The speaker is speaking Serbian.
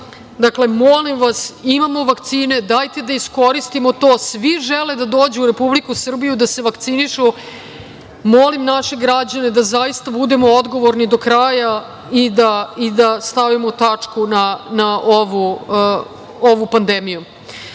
Dakle, molim vas, imamo vakcine, dajte da iskoristim to. Svi žele da dođu u Republiku Srbiju da se vakcinišu. Molim naše građane da zaista budemo odgovorni do kraja i da stavimo tačku na ovu pandemiju. Što